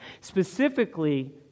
specifically